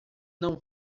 não